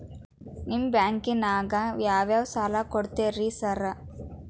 ನಿಮ್ಮ ಬ್ಯಾಂಕಿನಾಗ ಯಾವ್ಯಾವ ಸಾಲ ಕೊಡ್ತೇರಿ ಸಾರ್?